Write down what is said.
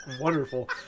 wonderful